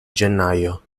gennaio